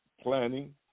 planning